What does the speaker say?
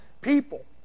people